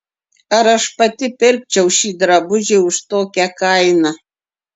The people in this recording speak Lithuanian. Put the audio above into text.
ar aš pati pirkčiau šį drabužį už tokią kainą